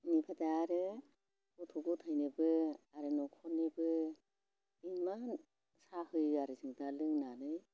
बेनिफ्राय दा आरो गथ' गथाइनोबो आरो न'खरनिबो इमान साहा होयो आरो जों दा लोंनानै